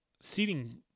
seating